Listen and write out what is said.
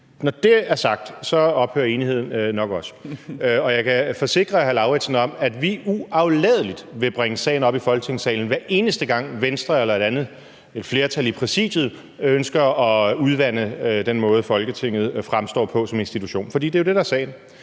Når det er sagt, ophører enigheden nok også. Jeg kan forsikre hr. Karsten Lauritzen om, at vi uafladeligt vil bringe sagen op i Folketingssalen, hver eneste gang Venstre eller et flertal i Præsidiet ønsker at udvande den måde, Folketinget fremstår på som institution. For det er jo det, der er sagen.